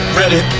ready